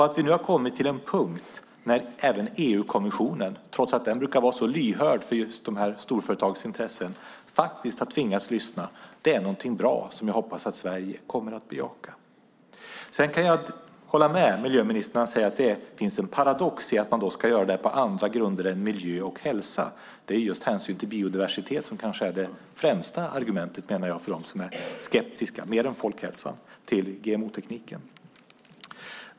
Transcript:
Att vi nu har kommit till en punkt där även EU-kommissionen, trots att den brukar vara lyhörd för just de här storföretagens intressen, faktiskt har tvingats lyssna är någonting bra, som jag hoppas att Sverige kommer att bejaka. Sedan kan jag hålla med miljöministern när han säger att det finns en paradox i att man ska göra det här på andra grunder än miljö och hälsa. Det är just hänsyn till biodiversitet som kanske är det främsta argumentet, menar jag, för dem som är skeptiska, mer än folkhälsan, till GMO-tekniken.